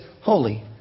holy